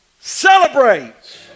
celebrates